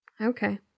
Okay